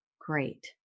Great